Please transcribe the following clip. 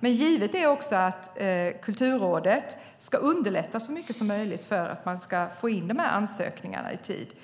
Det är givet att Kulturrådet så mycket som möjligt ska underlätta för att få in ansökningarna i tid.